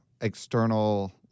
external